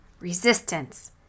resistance